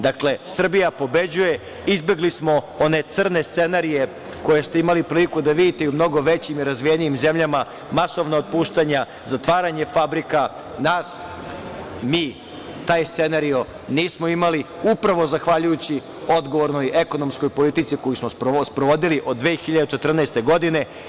Dakle, Srbija pobeđuje, izbegli smo one crne scenarije koje ste imali priliku da vidite i u mnogo većim i razvijenijim zemljama, masovna otpuštanja, zatvaranje fabrika, mi taj scenario nismo imali upravo zahvaljujući odgovornoj, ekonomskoj politici koju smo sprovodili od 2014. godine.